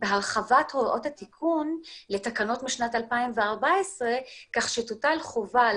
בהרחבת הוראות התיקון לתקנות משנת 2014 כך שתוטל חובה על